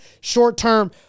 Short-term